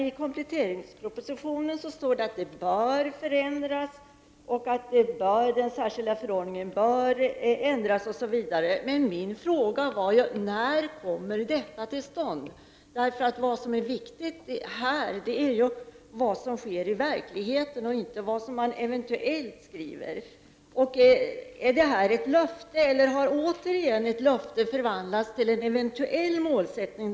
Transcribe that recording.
I kompletteringspropositionen står det att situationen bör förändras, att den särskilda förordningen bör ändras, osv. Men min fråga var ju: När kommer detta till stånd? Vad som är viktigt är ju vad som sker i verkligheten och inte vad man eventuellt skriver. Är detta ett löfte, eller har ett löfte den här gången förvandlats till en eventuell målsättning?